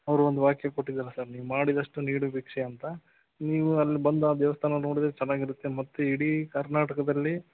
ಅವರು ಒಂದು ವಾಕ್ಯ ಕೊಟ್ಟಿದ್ದರಲ್ಲ ಸರ್ ನೀನು ಮಾಡಿದಷ್ಟು ನೀಡು ಭಿಕ್ಷೆ ಅಂತ ನೀವು ಅಲ್ಲಿ ಬಂದು ಆ ದೇವಸ್ಥಾನ ನೋಡಿದರೆ ಚೆನ್ನಾಗಿರುತ್ತೆ ಮತ್ತು ಇಡೀ ಕರ್ನಾಟಕದಲ್ಲಿ